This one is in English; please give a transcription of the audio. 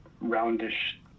roundish